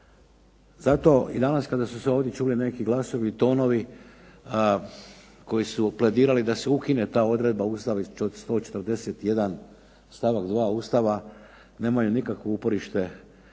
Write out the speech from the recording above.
Zato i danas kada su se ovdje čuli neki glasovi, tonovi koji su pledirali da se ukine ta odredba Ustava 141., stavak 2. Ustava, nemaju nikakvo uporište